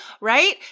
right